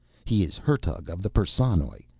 he is hertug of the perssonoj.